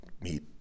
meet